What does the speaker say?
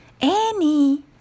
Annie